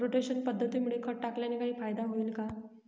Rotation पद्धतीमुळे खत टाकल्याने काही फायदा होईल का?